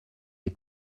est